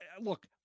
Look